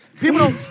People